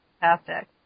Fantastic